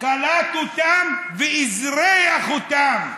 קלט אותם ואזרח אותם,